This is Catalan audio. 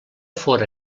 fóra